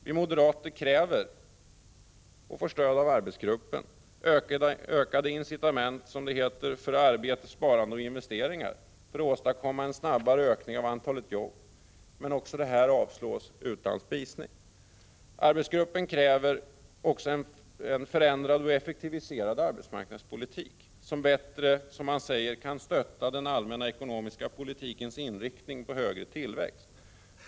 Vi moderater kräver, och får stöd av arbetsgruppen, ökade incitament, som det heter, för arbete, sparande och investeringar för att åstadkomma en snabbare ökning av antalet jobb, men också detta avslås utan spisning. Arbetsgruppen kräver också en förändrad och effektiviserad arbetsmarknadspolitik, som bättre — som det heter — kan stötta den allmänna ekonomiska politikens inriktning på högre tillväxt.